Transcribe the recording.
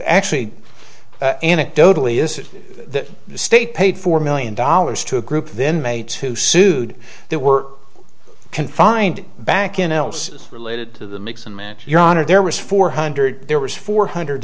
actually anecdotally is it that the state paid four million dollars to a group then mates who sued they were confined back in else related to the mix and match your honor there was four hundred there was four hundred